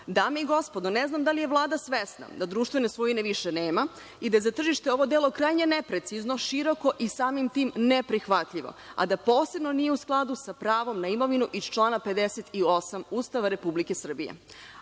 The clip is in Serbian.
i gospodo, ne znam da li je Vlada svesna da društvene svojine više nema i da je za tržište ovo delo krajnje neprecizno, široko i samim tim neprihvatljivo, a da posebno nije u skladu sa pravom na imovinu iz člana 58. Ustava Republike Srbije.